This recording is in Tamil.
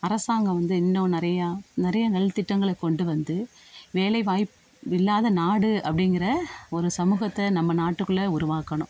அரசாங்கம் வந்து இன்னும் நிறையா நிறைய நலதிட்டங்கள கொண்டு வந்து வேலைவாய்ப் இல்லாத நாடு அப்படிங்கிற ஒரு சமூகத்தை நம்ம நாட்டுக்குள்ளே உருவாக்கணும்